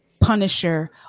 Punisher